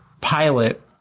pilot